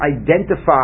identify